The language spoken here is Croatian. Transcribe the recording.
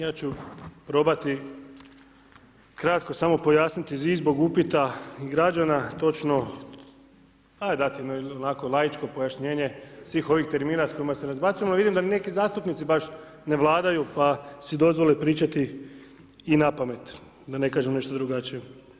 Ja ću probati kratko samo pojasniti i zbog upita građana, točno, a dati jedno onako laičko pojašnjenje svih ovih termina s kojima se razbacujemo, vidim da neki zastupnici baš ne vladaju pa si dozvole pričati i napamet, da ne kažem nešto drugačije.